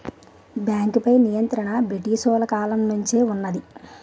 బేంకుపై నియంత్రణ బ్రిటీసోలు కాలం నుంచే వున్నది